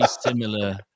similar